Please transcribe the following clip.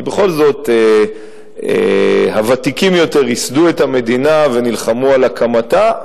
כי בכל זאת הוותיקים יותר ייסדו את המדינה ונלחמו על הקמתה,